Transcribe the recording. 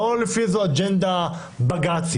לא לפי איזו אג'נדה בג"צית,